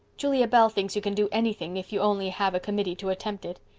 julia bell thinks you can do anything, if you only have a committee to attempt it.